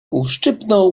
uszczypnął